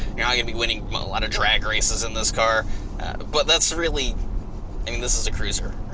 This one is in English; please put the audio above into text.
you're not gonna be winning a lot of drag races in this car but that's really, i mean this is a cruiser,